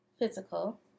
physical